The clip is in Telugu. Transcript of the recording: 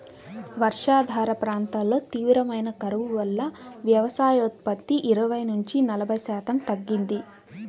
వర్షాధార ప్రాంతాల్లో తీవ్రమైన కరువు వల్ల వ్యవసాయోత్పత్తి ఇరవై నుంచి నలభై శాతం తగ్గింది